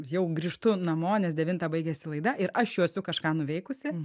jau grįžtu namo nes devintą baigiasi laida ir aš jau esu kažką nuveikusi